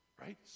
right